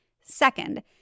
Second